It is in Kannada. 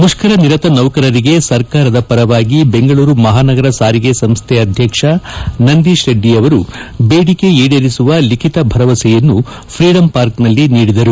ಮುಷ್ಕರ ನಿರತ ನೌಕರರಿಗೆ ಸರ್ಕಾರದ ಪರವಾಗಿ ಬೆಂಗಳೂರು ಮಹಾನಗರ ಸಾರಿಗೆ ಸಂಸ್ವೆ ಅಧ್ಯಕ್ಷ ನಂದೀತ್ ರೆಡ್ಡಿಯವರು ಬೇಡಿಕೆ ಈಡೇರಿಸುವ ಲಿಖಿತ ಭರವಸೆಯನ್ನು ಫ್ರೀಡಂ ಪಾರ್ಕ್ನಲ್ಲಿ ನೀಡಿದರು